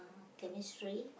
uh Chemistry